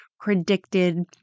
predicted